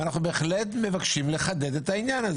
אנו בהחלט מבקשים לחדד את העניין.